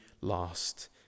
last